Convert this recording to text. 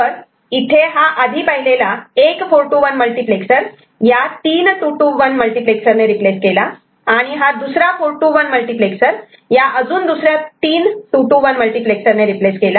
तर इथे हा आधी पाहिलेला एक 4 to 1 मल्टिप्लेक्सर या तीन 2 to 1 मल्टिप्लेक्सरणे रिप्लेस केला आणि हा दुसरा 4 to 1 मल्टिप्लेक्सर या अजून दुसऱ्या तीन 2 to 1 मल्टिप्लेक्सरणे रिप्लेस केला